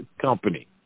company